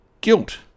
guilt